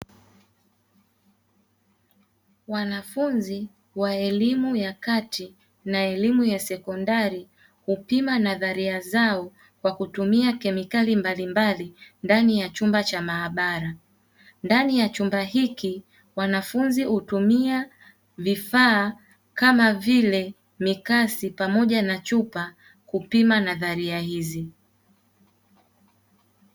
Wanafunzi wa elimu ya kati na elimu ya sekondari, hupima nadharia zao kwa kutumia kemikali mbalimbali, ndani ya chumba cha maabara, ndani ya chumba hiki wanafunzi hutumia vifaa kama vile mikasi pamoja na chupa, kupima nadharia hizi.